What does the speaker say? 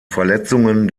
verletzungen